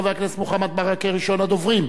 חבר הכנסת מוחמד ברכה, ראשון הדוברים.